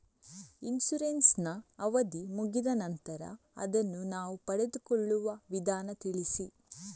Insurance ನ ಅವಧಿ ಮುಗಿದ ನಂತರ ಅದನ್ನು ನಾವು ಪಡೆದುಕೊಳ್ಳುವ ವಿಧಾನ ತಿಳಿಸಿ?